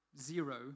zero